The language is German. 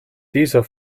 dieser